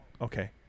Okay